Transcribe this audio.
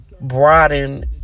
broaden